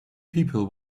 people